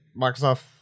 Microsoft